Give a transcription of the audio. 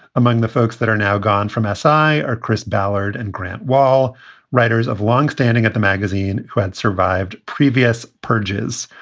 among the folks that are now gone from essi are chris ballard and grant. while writers of long standing at the magazine who had survived previous purges,